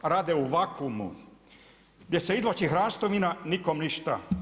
Rade u vakuumu gdje se izvlači hrastovina, nikom ništa.